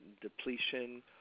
depletion